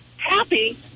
happy